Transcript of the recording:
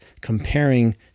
comparing